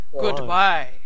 Goodbye